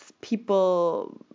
people